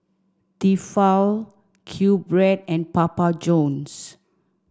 Tefal Q Bread and Papa Johns